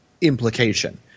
Implication